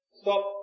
stop